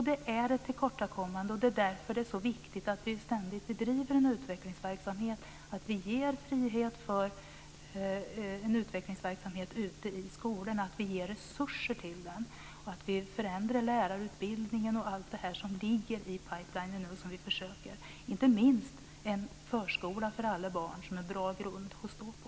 Det är ett tillkortakommande, och det är därför det är så viktigt att vi ständigt bedriver en utvecklingsverksamhet, att vi ger frihet för en utvecklingsverksamhet ute i skolorna, att vi ger resurser till den, att vi förändrar lärarutbildningen och allt det här som ligger i pipelinen nu och som vi försöker med; inte minst en förskola för alla barn som är en bra grund att stå på.